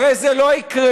הרי זה לא יקרה,